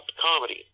comedy